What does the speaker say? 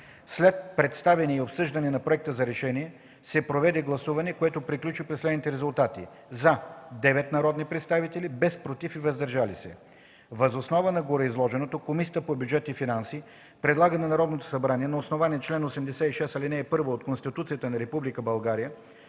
След представяне и обсъждане на проекта за решение се проведе гласуване, което приключи при следните резултати: „за” – 9 народни представители, без „против” и „въздържали се”. Въз основа на гореизложеното Комисията по бюджет и финанси предлага на Народното събрание на основание чл. 86, ал. 1 от Конституцията на Република България